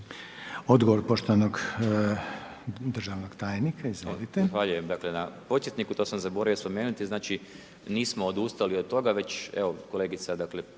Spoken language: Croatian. Odgovor poštovanog državnog tajnika, izvolite. **Žunac, Velimir** To sam zaboravio spomenuti, znači nismo odustali od toga, već evo kolegica